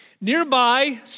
Nearby